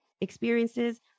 experiences